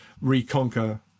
reconquer